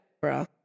bro